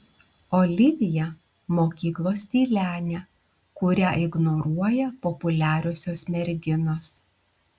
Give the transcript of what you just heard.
olivija mokyklos tylenė kurią ignoruoja populiariosios merginos